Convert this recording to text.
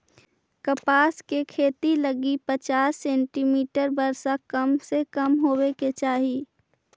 कपास के खेती लगी पचास सेंटीमीटर वर्षा कम से कम होवे के चाही